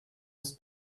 has